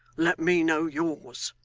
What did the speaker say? let me know yours